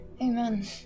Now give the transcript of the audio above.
Amen